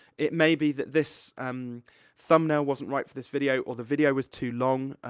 it may be that this um thumbnail wasn't right for this video, or the video is too long,